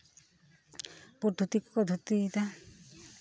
ᱯᱩᱬ ᱫᱷᱩᱛᱤ ᱠᱚᱠᱚ ᱫᱷᱩᱛᱤᱭᱮᱫᱟ